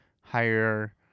higher